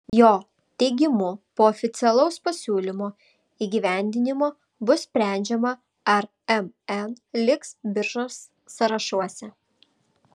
jo teigimu po oficialaus pasiūlymo įgyvendinimo bus sprendžiama ar mn liks biržos sąrašuose